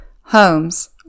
homes